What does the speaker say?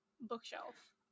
bookshelf